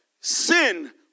Sin